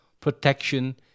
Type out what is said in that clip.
protection